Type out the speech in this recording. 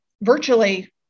virtually